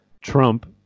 Trump